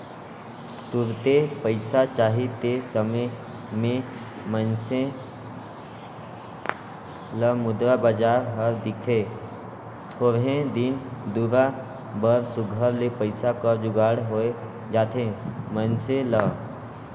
तुरते पइसा चाही ते समे में मइनसे ल मुद्रा बजार हर दिखथे थोरहें दिन दुरा बर सुग्घर ले पइसा कर जुगाड़ होए जाथे मइनसे ल